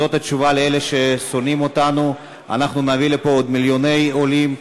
זאת התשובה לאלה ששונאים אותנו: אנחנו נביא לפה עוד מיליוני עולים.